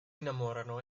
innamorano